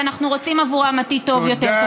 ואנחנו רוצים עבורם עתיד טוב יותר.